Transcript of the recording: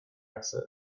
exit